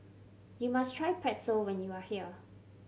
you must try Pretzel when you are here